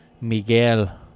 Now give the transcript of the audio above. Miguel